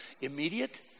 immediate